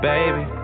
Baby